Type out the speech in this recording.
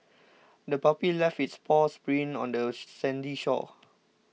the puppy left its paws prints on the sandy shore